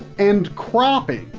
and cropping,